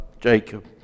Jacob